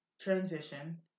transition